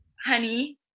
honey